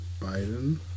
Biden